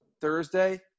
Thursday